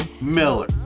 Miller